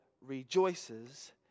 rejoices